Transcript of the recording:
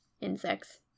insects